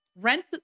Rent